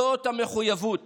זאת המחויבות